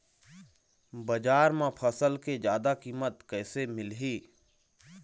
बजार म फसल के जादा कीमत कैसे मिलही?